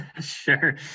Sure